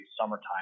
summertime